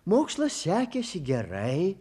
mokslas sekėsi gerai